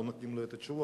לא נותנים לו את התשובות.